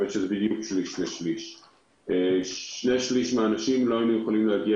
ולשני שליש מהאנשים לא היינו יכולים להגיע